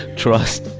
trust,